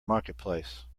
marketplace